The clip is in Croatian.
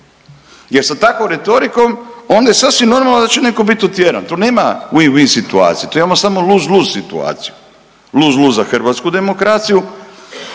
jer sa takvom retorikom onda je sasvim normalno da će netko biti otjeran, tu nema win-win situacije tu imamo samo luz-luz situaciju. Luz-luz za hrvatsku demokraciju,